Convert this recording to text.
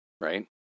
right